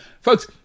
folks